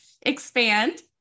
Expand